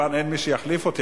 מכיוון שאין מי שיחליף אותי,